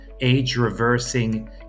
age-reversing